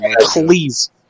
Please